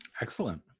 Excellent